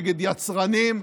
נגד יצרנים,